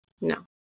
No